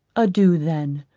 adieu then.